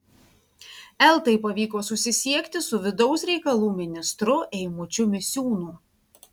eltai pavyko susisiekti su vidaus reikalų ministru eimučiu misiūnu